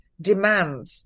demand